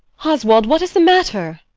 oswald, what is the matter?